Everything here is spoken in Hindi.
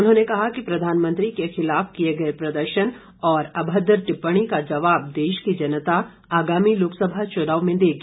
उन्होंने कहा कि प्रधानमंत्री के खिलाफ किए गए प्रदर्शन और अभद्र टिप्पणी का जवाब देश की जनता आगामी लोकसभा चुनाव में देगी